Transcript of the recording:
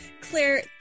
Claire